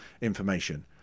information